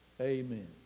Amen